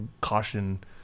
caution